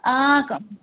कम